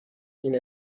این